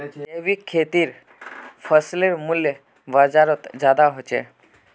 जैविक खेतीर फसलेर मूल्य बजारोत ज्यादा होचे